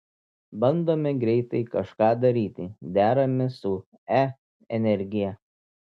bandome greitai kažką daryti deramės su e energija